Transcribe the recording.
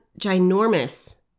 ginormous